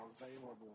available